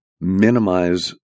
minimize